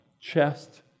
chest